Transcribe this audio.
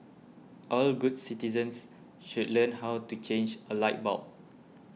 all good citizens should learn how to change a light bulb